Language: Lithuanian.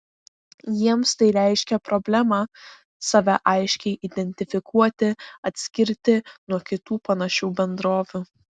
jiems tai reiškia problemą save aiškiai identifikuoti atskirti nuo kitų panašių bendrovių